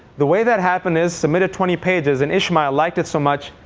the way that happened is submitted twenty pages and ishmael liked it so much,